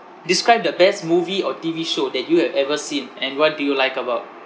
describe the best movie or T_V show that you have ever seen and what do you like about